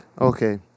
Okay